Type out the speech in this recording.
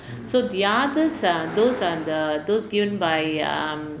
so the others err those err those given by um